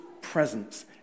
presence